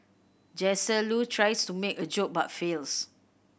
Jesse Loo tries to make a joke but fails